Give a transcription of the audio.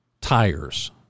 tires